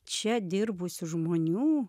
čia dirbusių žmonių